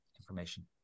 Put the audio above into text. information